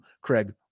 Craig